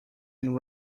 and